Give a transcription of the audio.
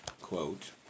quote